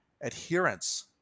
adherence